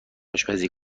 آشپزی